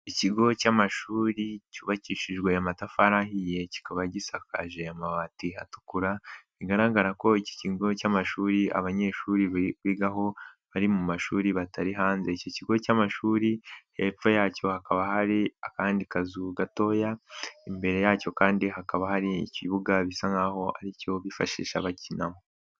Ikigo cy'amashuri cyubakishijwe amatafari ahiye, kikaba gisakaje amabati atukura bigaragara ko iki kigo cy'amashuri abanyeshuri bigaho bari mu mashuri, batari hanze. Iki kigo cy'amashuri hepfo yacyo hakaba hari akandi kazu gatoya, imbere yacyo kandi hakaba hari ikibuga bisa nk'aho aricyo bifashisha bakinamo.